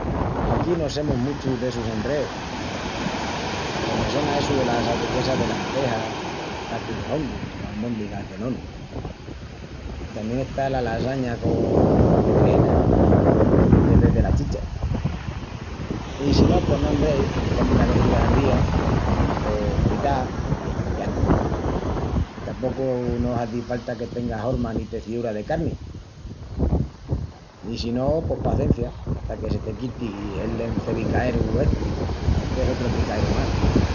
Paquí no semus muchu d'essus enreus. Peru me sona essu delas aburguesas de lantejas, tacus de hongus o almòndigas de nonus. I tamién está la lasaña con beregenas de vés dela chicha. I si no pos no enreis i comis la verdura hervía o fritá i yasta. Que tapocu no hazi falta que tenga horma ni teciúra de carni. I si no poss pacencia hata que se te quiti l'encevicaeru esti porque es otru empicaeru más.